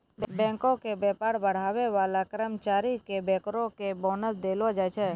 बैंको के व्यापार बढ़ाबै बाला कर्मचारी के बैंकरो के बोनस देलो जाय छै